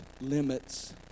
limits